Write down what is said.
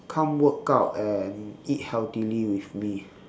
come workout and eat healthily with me